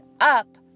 up